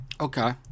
Okay